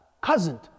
cousin